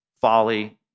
folly